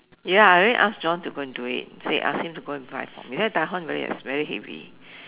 ya I already ask John to go and do it say ask him go and find for me because that one very is very heavy